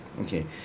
okay